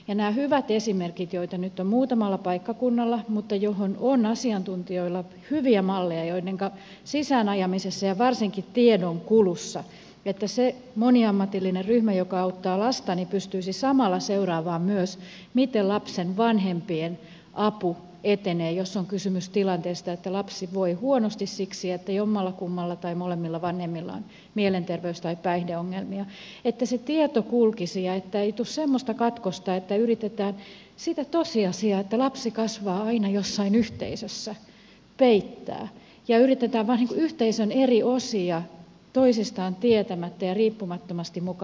näitä hyviä esimerkkejä on nyt muutamalla paikkakunnalla mutta niihin on asiantuntijoilla hyviä malleja sisäänajamisesta ja varsinkin tiedonkulusta että se moniammatillinen ryhmä joka auttaa lasta pystyisi samalla seuraamaan myös miten lapsen vanhempien apu etenee jos on kysymys tilanteesta että lapsi voi huonosti siksi että jommallakummalla tai molemmilla vanhemmilla on mielenterveys tai päihdeongelmia että se tieto kulkisi eikä tulisi semmoista katkosta että yritetään sitä tosiasiaa että lapsi kasvaa aina jossain yhteisössä peittää ja yritetään vain yhteisön eri osia toisistaan tietämättä ja riippumattomasti muka hoitaa